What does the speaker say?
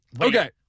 Okay